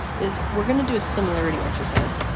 is we're gonna do a similarity exercise.